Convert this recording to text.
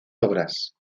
obras